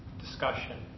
discussion